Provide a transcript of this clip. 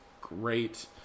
great